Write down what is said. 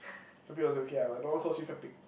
fat pig also okay ah but no one calls you fat pig